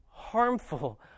harmful